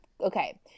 Okay